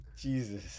Jesus